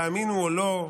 תאמינו או לא,